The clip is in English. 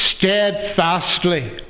steadfastly